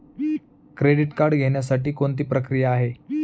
Credit card घेण्यासाठी कोणती प्रक्रिया आहे?